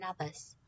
others